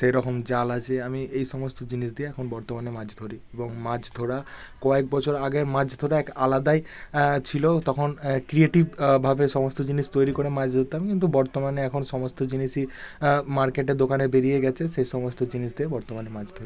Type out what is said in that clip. সেরকম জাল আছে আমি এই সমস্ত জিনিস দিয়ে এখন বর্তমানে মাছ ধরি এবং মাছ ধরা কয়েক বছর আগে মাছ ধরা এক আলাদাই ছিল তখন ক্রিয়েটিভ ভাবে সমস্ত জিনিস তৈরি করে মাছ ধরতাম কিন্তু বর্তমানে এখন সমস্ত জিনিসই মার্কেটে দোকানে বেরিয়ে গেছে সে সমস্ত জিনিস দিয়ে বর্তমানে মাছ ধরি